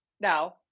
Now